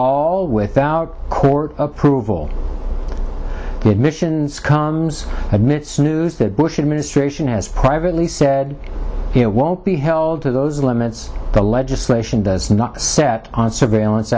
all without court approval admissions comes admits news that bush administration has privately said it won't be held to those limits the legislation does not set on surveillance